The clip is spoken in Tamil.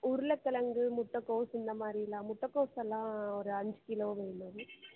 உருளை கிழங்கு முட்டைகோஸ் இந்த மாதிரி எல்லாம் முட்டைகோஸெல்லாம் ஒரு அஞ்சு கிலோ வேணும் அது